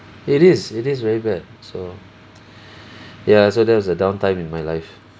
it is it is very bad so ya so that was a downtime in my life